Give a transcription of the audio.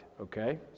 okay